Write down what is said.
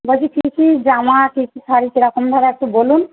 বলছি কী কী জামা কী কী শাড়ি সেরকমভাবে একটু বলুন